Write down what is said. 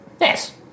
Yes